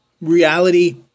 reality